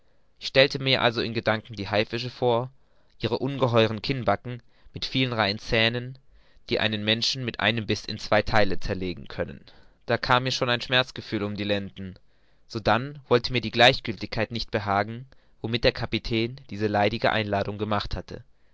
ich stellte mir also in gedanken die haifische vor ihre ungeheuren kinnbacken mit vielen reihen zähnen die einen menschen mit einem biß in zwei theile zerlegen können da kam mir schon ein schmerzgefühl um die lenden sodann wollte mir doch die gleichgiltigkeit nicht behagen womit der kapitän diese leidige einladung gemacht hatte